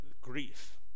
grief